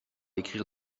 écrire